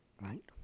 right